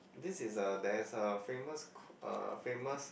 this is a there is a famous uh famous